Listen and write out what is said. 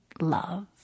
love